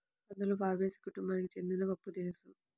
కందులు ఫాబేసి కుటుంబానికి చెందిన పప్పుదినుసు